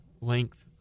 length